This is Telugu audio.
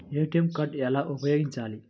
ఏ.టీ.ఎం కార్డు ఎలా ఉపయోగించాలి?